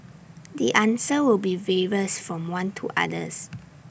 the answer will be various from one to others